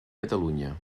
catalunya